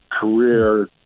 career